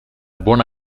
buona